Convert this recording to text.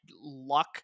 luck